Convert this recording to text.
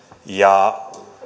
ja